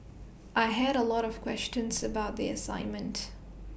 I had A lot of questions about the assignment